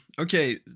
Okay